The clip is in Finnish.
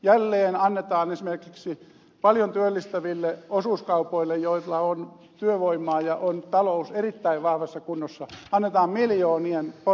jälleen annetaan esimerkiksi paljon työllistäville osuuskaupoille joilla on työvoimaa ja talous erittäin vahvassa kunnossa miljoonien potti kansaneläkerahoitusta